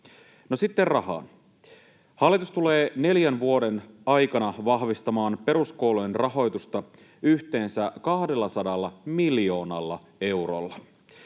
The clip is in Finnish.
sitten rahaan: hallitus tulee neljän vuoden aikana vahvistamaan peruskoulujen rahoitusta yhteensä 200 miljoonalla eurolla.